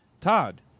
Todd